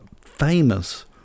famous